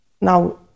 Now